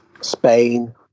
Spain